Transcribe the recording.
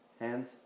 hands